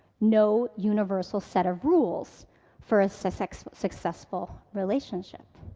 no universal set of rules for a successful successful relationship.